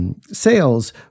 Sales